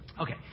Okay